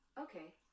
okay